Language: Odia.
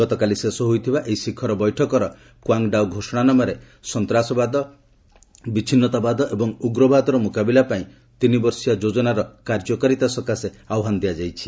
ଗତକାଲି ଶେଷ ହୋଇଥିବା ଏହି ଶିଖର ବୈଠକର କ୍ୱାଙ୍ଗ୍ଡାଓ ଘୋଷଣାନାମାରେ ସନ୍ତ୍ରାସବାଦ ବିଚ୍ଛିନ୍ନତାବାଦ ଏବଂ ଉଗ୍ରବାଦର ମୁକାବିଲା ପାଇଁ ତିନିବର୍ଷିଆ ଯୋଜନାର କାର୍ଯ୍ୟକାରିତା ସକାଶେ ଆହ୍ନାନ ଦିଆଯାଇଛି